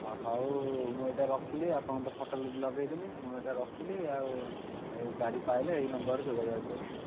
ହ ହଉ ମୁଁ ଏଇଟା ରଖିଲି ଆପଣ ତ ଫୋଟ ଲଗେଇଦେଲି ମୁଁ ଏଇଟା ରଖିଲି ଆଉ ଗାଡ଼ି ପାଇଲେ ଏଇ ନମ୍ବର୍ରେ ଯୋଗାଯୋଗ କରିବି